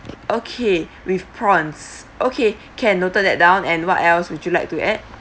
okay with prawns okay can noted that down and what else would you like to add